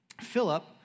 Philip